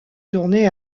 tourné